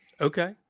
Okay